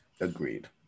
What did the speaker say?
Agreed